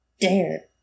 Dare